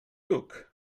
look